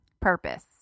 purpose